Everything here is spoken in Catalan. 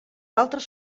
altres